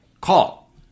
call